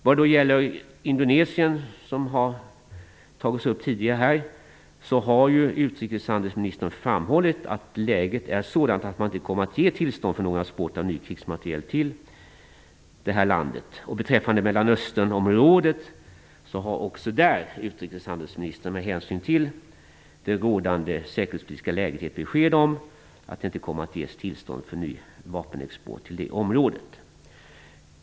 Vad gäller Indonesien, som har tagits upp tidigare här, har utrikeshandelsministern framhållit att läget är sådant att man inte kommer att ge tillstånd för någon export av ny krigsmateriel till detta land. Även beträffande Mellanösternområdet har utrikeshandelsministern med hänsyn till det rådande säkerhetspolitiska läget gett besked om att det inte kommer att ges tillstånd till ny vapenexport. Herr talman!